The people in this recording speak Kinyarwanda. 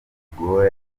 guhora